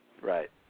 Right